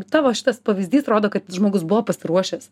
tavo šitas pavyzdys rodo kad žmogus buvo pasiruošęs